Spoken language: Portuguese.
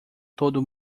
todo